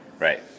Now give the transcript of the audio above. Right